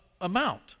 amount